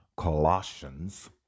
Colossians